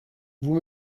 vous